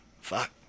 fuck